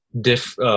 diff